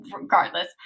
regardless